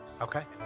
okay